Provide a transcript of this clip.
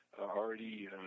already